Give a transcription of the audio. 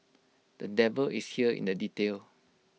the devil here is in the detail